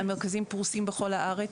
המרכזים פרוסים בכל הארץ.